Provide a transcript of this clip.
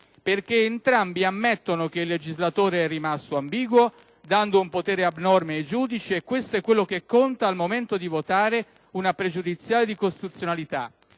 perché entrambi ammettono che il legislatore è rimasto ambiguo, dando un potere abnorme ai giudici. E questo è ciò che conta, al momento di votare una pregiudiziale di costituzionalità.